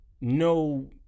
No